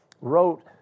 wrote